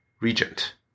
regent